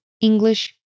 English